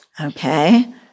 Okay